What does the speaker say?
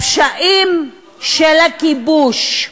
הפשעים של הכיבוש.